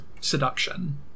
seduction